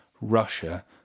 Russia